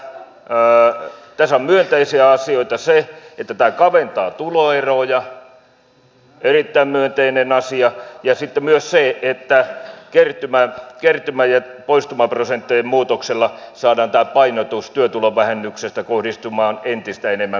tässä on myönteisiä asioita se että tämä kaventaa tuloeroja erittäin myönteinen asia ja sitten myös se että kertymä ja poistumaprosenttien muutoksella saadaan tämä painotus työtulovähennyksestä kohdistumaan entistä enemmän pieni ja keskituloisiin